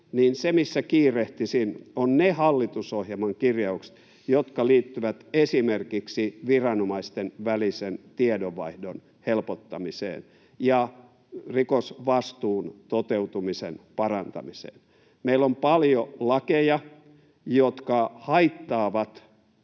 aivan mielettömästi — ovat ne hallitusohjelman kirjaukset, jotka liittyvät esimerkiksi viranomaisten välisen tiedonvaihdon helpottamiseen ja rikosvastuun toteutumisen parantamiseen. Meillä on paljon lakeja, jotka haittaavat